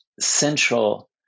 central